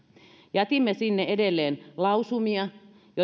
jätimme sinne edelleen lausumia